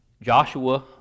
Joshua